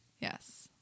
Yes